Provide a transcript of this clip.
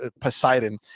Poseidon